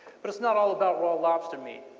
but it's not all about raw lobster meat.